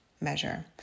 measure